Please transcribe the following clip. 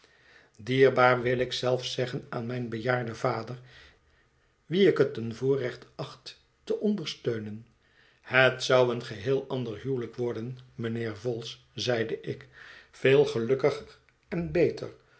dierbaar wil ik zelfs zeggen aan mijn bejaarden vader wien ik het een voorrecht acht te ondersteunen het zou een geheel ander huwelijk worden mijnheer vholes zeide ik veel gelukkiger en beter